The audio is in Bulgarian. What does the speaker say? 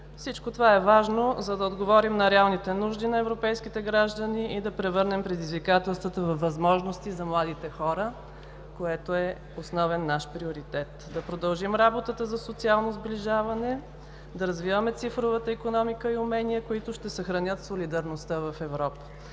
Всичко това е важно, за да отговорим на реалните нужди на европейските граждани и да превърнем предизвикателствата във възможности за младите хора, което е основен наш приоритет, да продължим работата за социално сближаване, да развиваме цифровата икономика и умения, които ще съхранят солидарността в Европа,